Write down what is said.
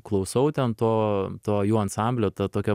klausau ten to to jų ansamblio ta tokio